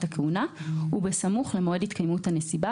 הכהונה ובסמוך למועד התקיימות הנסיבה,